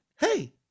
hey